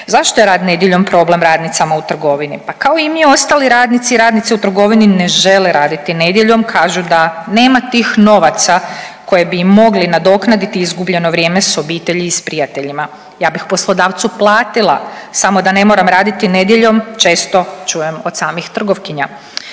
Zašto je rad nedjeljom problem radnicama u trgovini? Pa kao i mi ostali radnici i radnice u trgovini ne žele raditi nedjeljom, kažu da nema tih novaca koje bi im mogli nadoknaditi izgubljeno vrijeme s obitelji i s prijateljima. Ja bih poslodavcu platila samo da ne moram raditi nedjeljom, često čujem od samih trgovkinja.